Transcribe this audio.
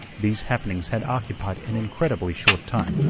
these happenings had occupied an incredibly short time,